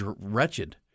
wretched